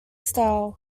style